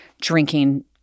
drinking